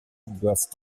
doivent